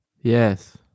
Yes